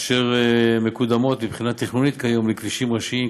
אשר מקודמות כיום מבחינה תכנונית לכבישים ראשיים,